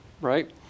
right